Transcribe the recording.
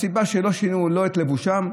שלא שינו לא את לבושם,